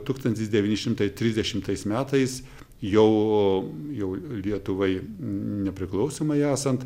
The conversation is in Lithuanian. tūkstantis devyni šimtai trisdešimtais metais jau jau lietuvai nepriklausomai esant